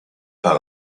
par